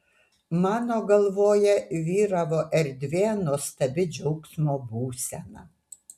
mano galvoje vyravo erdvė nuostabi džiaugsmo būsena